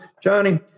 Johnny